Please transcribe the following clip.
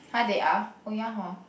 (huh) they are oh ya hor